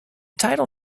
title